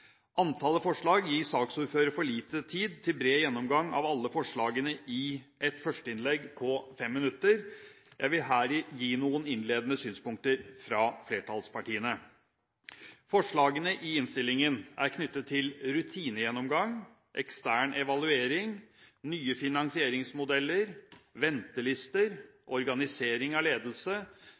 Antallet forslag gir saksordføreren for liten tid til en bred gjennomgang av alle forslagene i et førsteinnlegg på 5 minutter. Jeg vil her gi noen innledende synspunkter fra flertallspartiene. Forslagene i innstillingen er knyttet til rutinegjennomgang, ekstern evaluering, nye finansieringsmodeller, ventelister, organisering av ledelse,